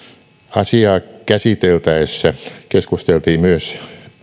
asiaa käsiteltäessä keskusteltiin myös